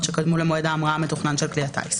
שקדמו למועד ההמראה המתוכנן של כלי הטיס,